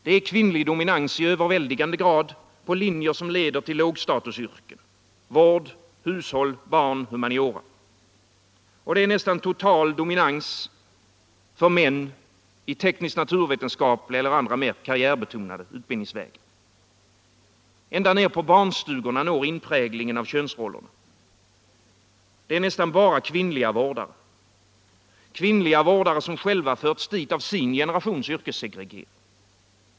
Det är kvinnlig dominans i överväldigande grad på linjer som leder till lågstatusyrken — vård, hushåll, barn, humaniora. Det är nästan total dominans för män i teknisk-naturvetenskapliga eller andra mer karriärbetonade utbildningsvägar. Ända ner på barnstugorna når inpräglingen av könsrollerna. Det är nästan bara kvinnliga vårdare. Kvinnliga vårdare, som själva förts dit av sin generations yrkessegregering.